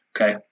Okay